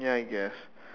ya I guess